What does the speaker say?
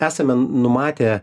esame numatę